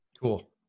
cool